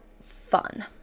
fun